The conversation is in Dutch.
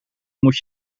moet